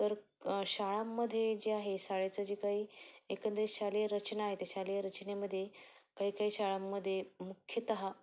तर शाळांमध्ये जे आहे शाळेचं जे काही एकंदरीत शालेय रचना आहे ते शालेय रचनेमध्ये काही काही शाळांमध्ये मुख्यतः